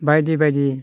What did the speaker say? बायदि बायदि